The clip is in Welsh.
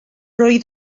oedd